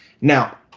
Now